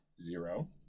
Zero